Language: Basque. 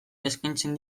eskaintzen